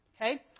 okay